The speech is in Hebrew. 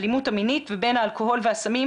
האלימות המינית והאלכוהול והסמים,